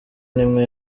n’imwe